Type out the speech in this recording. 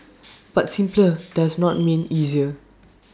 but simpler does not mean easier